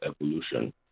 evolution